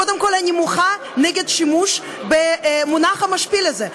קודם כול, אני מוחה על השימוש במונח המשפיל הזה.